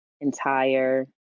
entire